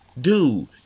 Dude